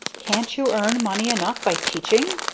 can't you earn money enough by teaching?